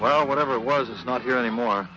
well whatever it was not here anymore